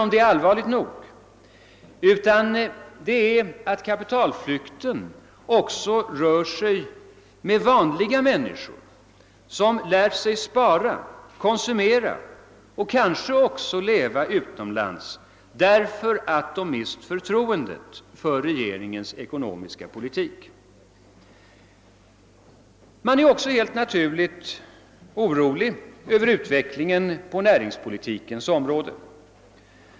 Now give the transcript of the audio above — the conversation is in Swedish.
Nej, det allvarligaste är att kapitalflykten också avser vanliga människor som lärt sig att spara, konsumera och kanske även leva utomlands därför att de mist förtroendet för regeringens ekonomiska politik. Man är helt naturligt också orolig över utvecklingen på näringspolitikens område.